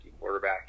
quarterback